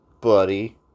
Buddy